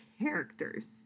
characters